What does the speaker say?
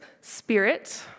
spirit